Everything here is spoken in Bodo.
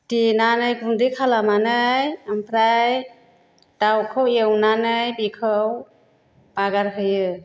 देनानै गुन्दै खालामनानै आमफ्राय दाउखौ एवनानै बेखौ बागार होयो